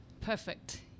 Perfect